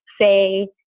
say